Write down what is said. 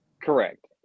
Correct